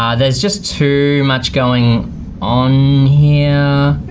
um there's just too much going on here.